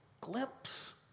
glimpse